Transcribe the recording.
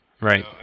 Right